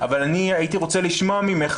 אבל הייתי רוצה לשמוע ממך,